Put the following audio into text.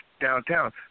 downtown